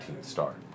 start